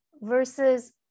versus